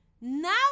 Now